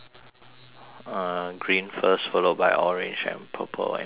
uh green first followed by orange and purple and pink